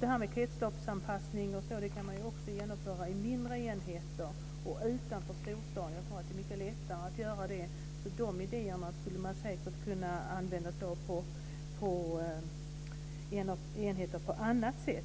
det här med kretsloppsanpassning kan man också genomföra i mindre enheter och utanför storstaden. Jag tror att det är mycket lättare att göra det. De idéerna skulle man säkert kunna använda sig av på enheter på annat sätt.